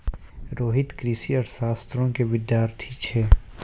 रोहित कृषि अर्थशास्त्रो के विद्यार्थी छै